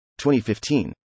2015